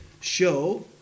show